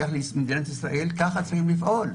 שייכים למדינת ישראל וכך צריך לפעול.